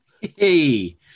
Hey